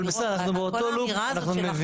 כל האמירה הזאת שלך.